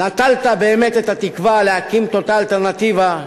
נטלת באמת את התקווה להקים את אותה אלטרנטיבה,